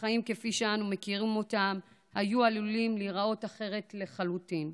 החיים כפי שאנו מכירים אותם היו עלולים להיראות אחרת לחלוטין.